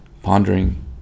pondering